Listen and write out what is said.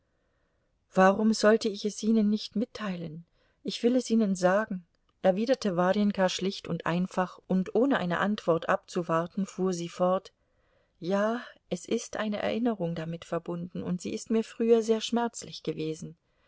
warum sollte ich es ihnen nicht mitteilen ich will es ihnen sagen erwiderte warjenka schlicht und einfach und ohne eine antwort abzuwarten fuhr sie fort ja es ist eine erinnerung damit verbunden und sie ist mir früher sehr schmerzlich gewesen